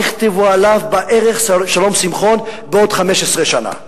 מה יכתבו עליו בערך "שלום שמחון" בעוד 15 שנה.